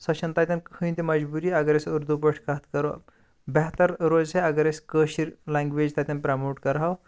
سۄ چھَنہٕ تَتٮ۪ن کٕہٕنۍ تہِ مَجبوٗری اگر أسۍ اردوٗ پٲٹھۍ کتھ کرو بہتَر روزِ ہا اگر أسۍ کٲشِر لینٛگویج تَتٮ۪ن پرٛموٹ کَرٕہاو